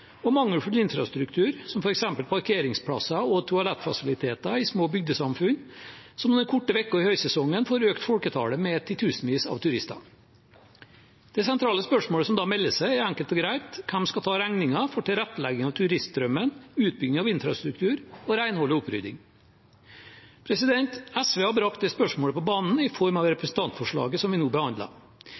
og mangelfull infrastruktur, som f.eks. parkeringsplasser og toalettfasiliteter i små bygdesamfunn, som i noen korte uker i høysesongen får økt folketallet med titusenvis av turister. Det sentrale spørsmålet som da melder seg, er enkelt og greit: Hvem skal ta regningen med tilrettelegging for turiststrømmen, utbygging av infrastruktur, renhold og opprydding? SV har brakt dette spørsmålet på banen i form av representantforslaget vi nå